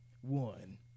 one